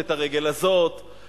ואת הרגל הזאת,